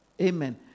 amen